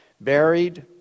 buried